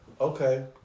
Okay